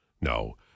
No